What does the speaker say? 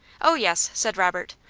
oh, yes, said robert.